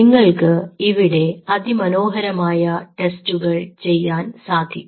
നിങ്ങൾക്ക് ഇവിടെ അതിമനോഹരമായ ടെസ്റ്റുകൾ ചെയ്യാൻ സാധിക്കും